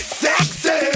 sexy